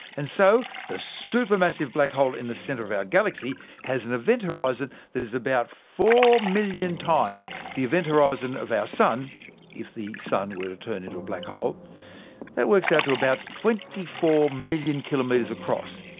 and so the supermassive black hole in the centre of our galaxy has an event horizon that is about four million times the event horizon of our sun if the sun were to turn into a black hole that works out to about twenty four million km across.